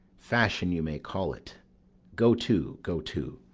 fashion you may call it go to, go to.